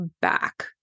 back